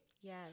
Yes